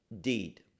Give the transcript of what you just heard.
deed